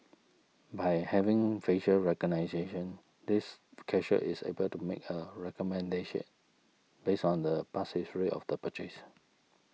by having facial recognition this cashier is able to make a recommendation based on the past history of the purchase